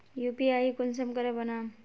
UPI कुंसम करे बनाम?